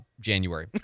January